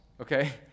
okay